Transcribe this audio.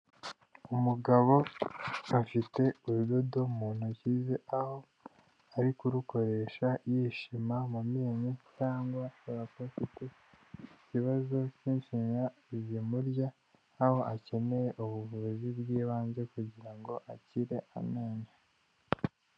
Umugabo afite urudodo mu ntoki ze, aho ari kurukoresha yishima mu menyo, cyangwa akaba afite ikibazo cy'ishinya bimurya nk'aho akeneye ubuvuzi bw'ibanze kugira ngo akire amenyo.